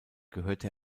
gehörte